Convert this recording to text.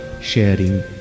sharing